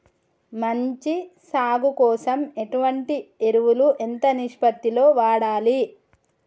మంచి సాగు కోసం ఎటువంటి ఎరువులు ఎంత నిష్పత్తి లో వాడాలి?